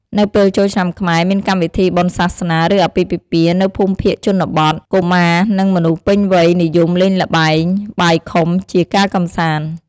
នៅពេលចូលឆ្នាំខ្មែរមានកម្មវិធីបុណ្យសាសនា ឬអាពាហ៍ពិពាហ៍ នៅភូមិភាគជនបទ កុមារនិងមនុស្សពេញវ័យនិយមលេងល្បែងបាយខុំជាការកម្សាន្ត។